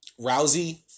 Rousey